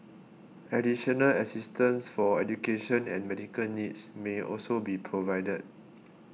additional assistance for education and medical needs may also be provided